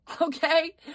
okay